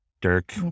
Dirk